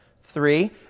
Three